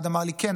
אחד אמר לי: כן,